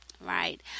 right